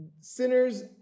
sinners